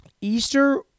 Easter